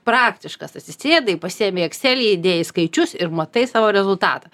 praktiškas atsisėdai pasiėmei ekselį įdėjai skaičius ir matai savo rezultatą